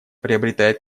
приобретает